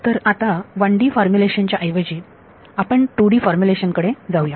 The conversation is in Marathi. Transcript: तर आता 1D फॉर्म्युलेशन च्या ऐवजी आपण 2D फॉर्मुलेशन कडे जाऊया